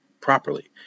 properly